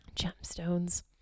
gemstones